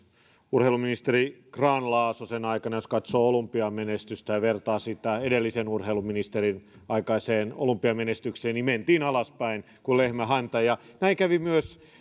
urheiluministeri grahn laasosen aikana jos katsoo olympiamenestystä ja vertaa sitä edellisen urheiluministerin aikaiseen olympiamenestykseen mentiin alaspäin kuin lehmän häntä näin kävi myös